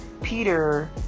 Peter